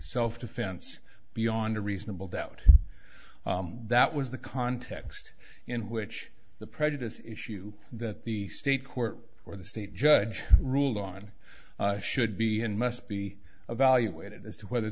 self defense beyond a reasonable doubt that was the context in which the prejudice issue that the state court or the state judge ruled on should be and must be evaluated as to whether